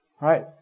Right